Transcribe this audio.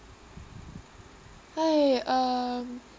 hi um